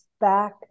back